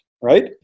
Right